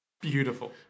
Beautiful